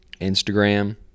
Instagram